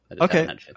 Okay